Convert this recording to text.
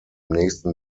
nächsten